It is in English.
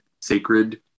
sacred